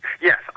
Yes